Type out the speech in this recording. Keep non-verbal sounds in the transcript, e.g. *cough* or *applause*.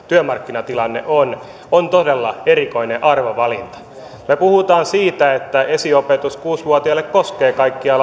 työmarkkinatilanne on on todella erikoinen arvovalinta me puhumme siitä että esiopetus kuusi vuotiaille koskee kaikkia *unintelligible*